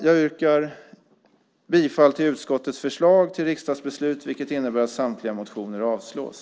Jag yrkar bifall till utskottets förslag till riksdagsbeslut vilket innebär att samtliga motioner avslås.